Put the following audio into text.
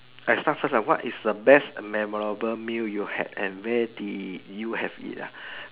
I start first lah what is the best memorable meal you had and where did you have it ah